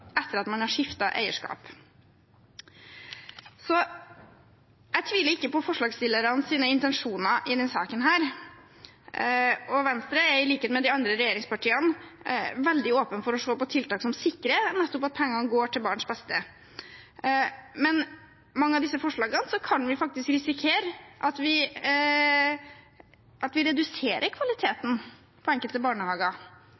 etter at man hadde skiftet eierskap. Jeg tviler ikke på forslagsstillernes intensjoner i denne saken. Venstre er, i likhet med de andre regjeringspartiene, veldig åpne for å se på tiltak som nettopp sikrer at pengene går til barns beste. Men med mange av disse forslagene kan vi faktisk risikere at vi reduserer kvaliteten på enkelte barnehager, ved at vi